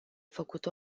făcut